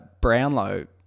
Brownlow